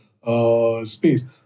Space